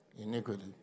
iniquity